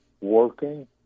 working